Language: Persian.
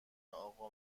اقا